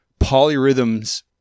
polyrhythms